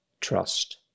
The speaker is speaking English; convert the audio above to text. trust